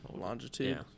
Longitude